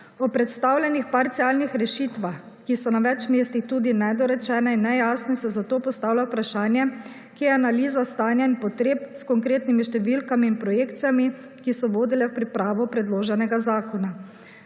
V predstavljenih parcialnih rešitvah, ki so na več mestih tudi nedorečene in nejasne se, zato postavlja vprašanje kje je analiza stanja in potreb s konkretnimi številkami in projekcijami, ki so vodile v pripravo predloženega zakona.